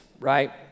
right